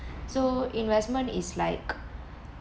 so investment is like